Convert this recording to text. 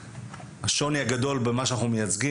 שנוגע בילדים שלנו גם מבחינה בריאותית